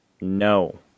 No